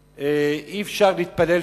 אי-אפשר להתפלל שם,